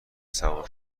سوار